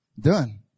Done